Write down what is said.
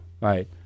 Right